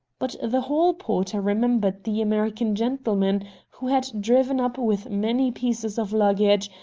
but the hall-porter remembered the american gentleman who had driven up with many pieces of luggage,